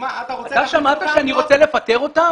אתה שמעת שאני רוצה לפטר אותם?